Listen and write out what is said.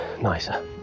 nicer